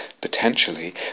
potentially